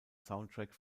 soundtrack